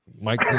Mike